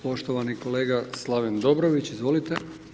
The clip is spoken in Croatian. Poštovani kolega Slaven Dobrović, izvolite.